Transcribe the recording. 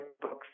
books